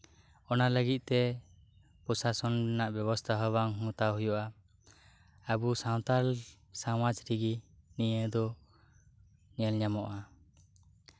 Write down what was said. ᱚᱱᱟ ᱞᱟᱹᱜᱤᱫ ᱛᱮ ᱯᱨᱚᱥᱟᱥᱚᱱ ᱨᱮᱭᱟᱜ ᱵᱮᱵᱚᱥᱛᱷᱟ ᱵᱟᱝ ᱦᱟᱛᱟᱣ ᱦᱩᱭᱩᱜᱼᱟ ᱟᱵᱚ ᱥᱟᱱᱛᱟᱲ ᱥᱚᱢᱟᱡ ᱨᱮᱜᱮ ᱱᱚᱶᱟ ᱫᱚ ᱧᱮᱞ ᱧᱟᱢᱚᱜᱼᱟ